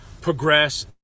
progress